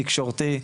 תקשורתי,